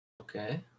Okay